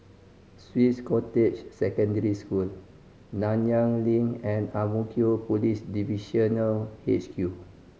Swiss Cottage Secondary School Nanyang Link and Ang Mo Kio Police Divisional H Q